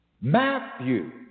Matthew